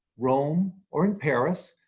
rome, or in paris,